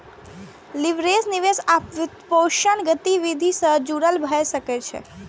leverage निवेश आ वित्तपोषण गतिविधि सं जुड़ल भए सकै छै